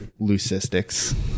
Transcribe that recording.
leucistics